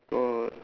oh